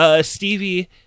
Stevie